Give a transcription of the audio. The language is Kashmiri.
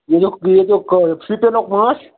ییٚتُک ییٚتُک شُپینُک مانٛچھ